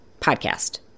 Podcast